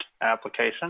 application